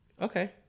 Okay